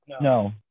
No